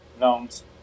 Gnomes